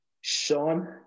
Sean